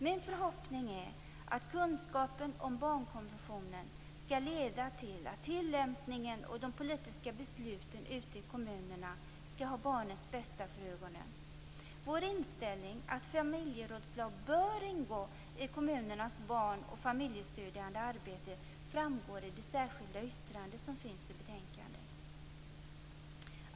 Min förhoppning är att kunskapen om barnkonventionen skall leda till att tillämpningen och de politiska besluten ute i kommunerna skall ha barnens bästa för ögonen. Vår inställning, att familjerådslag bör ingå i kommunernas barnoch familjestödjande arbete, framgår i det särskilda yttrande som finns i betänkandet.